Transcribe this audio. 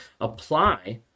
apply